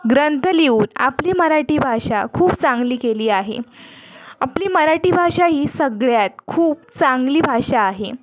ग्रंथ लिहून आपली मराठी भाषा खूप चांगली केली आहे आपली मराठी भाषा ही सगळ्यात खूप चांगली भाषा आहे